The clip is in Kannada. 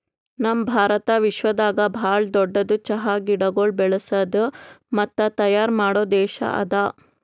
ನಮ್ ಭಾರತ ವಿಶ್ವದಾಗ್ ಭಾಳ ದೊಡ್ಡುದ್ ಚಹಾ ಗಿಡಗೊಳ್ ಬೆಳಸದ್ ಮತ್ತ ತೈಯಾರ್ ಮಾಡೋ ದೇಶ ಅದಾ